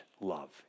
love